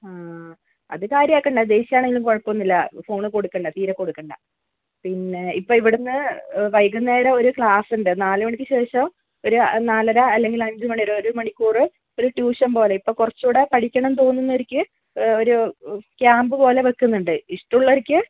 ആ അത് കാര്യമാക്കണ്ട ദേഷ്യമാണെങ്കിലും കുഴപ്പോന്നൂല്യ ഫോണ് കൊടുക്കണ്ട തീരെ കൊടുക്കണ്ട പിന്നെ ഇപ്പോൾ ഇവിടുന്ന് വൈകുന്നേരം ഒരു ക്ളാസ്സുണ്ട് നാലുമണിക്ക് ശേഷം ഒരു നാലര അല്ലെങ്കിൽ അഞ്ചുമണി ഒരു മണിക്കൂർ ഒരു ട്യൂഷൻ പോലെ ഇപ്പോൾ കുറച്ചൂടെ പഠിക്കണംന്ന് തോന്നുന്നവർക്ക് ഒരു ക്യാംപ് പോലെ വെക്കുന്നുണ്ട് ഇഷ്ടമുള്ളവർക്ക്